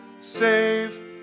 save